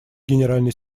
генеральный